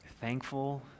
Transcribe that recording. thankful